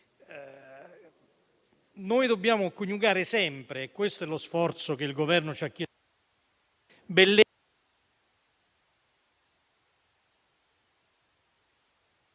Noi dobbiamo coniugare sempre - questo è lo sforzo che il Governo ci ha chiesto...